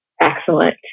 excellent